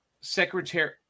secretary